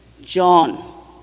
John